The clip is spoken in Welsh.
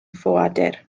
ffoadur